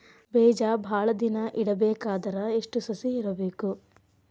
ಬೇಜ ಭಾಳ ದಿನ ಇಡಬೇಕಾದರ ಎಷ್ಟು ಹಸಿ ಇರಬೇಕು?